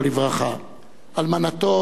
אלמנתו אילנה,